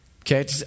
Okay